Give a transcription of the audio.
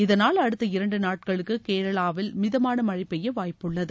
இதனால் அடுத்த இரண்டு நாட்களுக்கு கேரளாவில் மிதமான மழை பெய்ய வாய்ப்புள்ளது